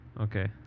Okay